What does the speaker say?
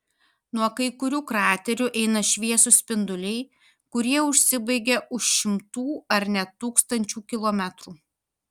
nuo kai kurių kraterių eina šviesūs spinduliai kurie užsibaigia už šimtų ar net tūkstančių kilometrų